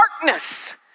Darkness